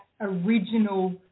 original